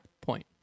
point